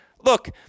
look